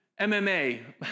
MMA